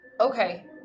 Okay